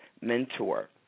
mentor